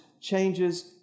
changes